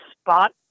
spot